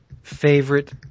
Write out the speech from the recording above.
favorite